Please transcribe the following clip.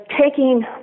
taking